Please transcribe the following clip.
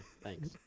thanks